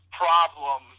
problem